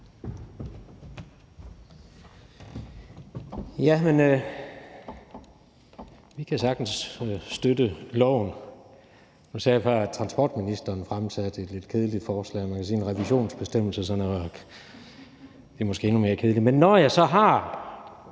(KD): Vi kan sagtens støtte lovforslaget. Nu sagde jeg før, at transportministeren fremsatte et kedeligt forslag, men man kan sige, at en revisionsbestemmelse måske er endnu mere kedelig. Men når jeg så har